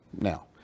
Now